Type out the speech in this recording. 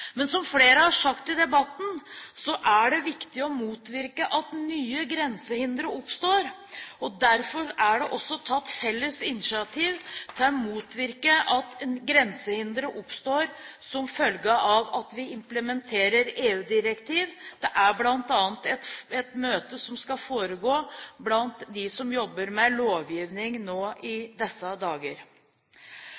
Men som flere har sagt i debatten, er det viktig å motvirke at nye grensehindre oppstår. Derfor er det også tatt felles initiativ for å motvirke at grensehindre oppstår som følge av at vi implementerer EU-direktivet. Det er bl.a. et møte som skal foregå nå i disse dager, blant dem som jobber med lovgivning.